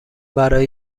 برای